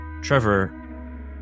Trevor